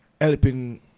helping